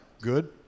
good